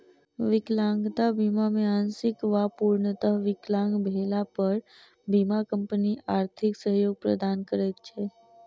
विकलांगता बीमा मे आंशिक वा पूर्णतः विकलांग भेला पर बीमा कम्पनी आर्थिक सहयोग प्रदान करैत छै